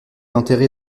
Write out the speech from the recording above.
enterré